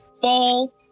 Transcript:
fall